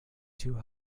too